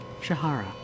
Shahara